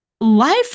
life